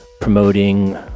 promoting